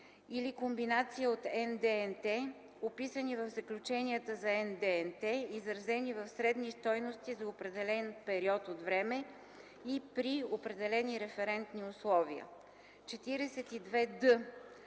или комбинация от НДНТ, описани в заключенията за НДНТ, изразени в средни стойности за определен период от време и при определени референтни условия. 42д.